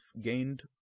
gained